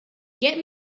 get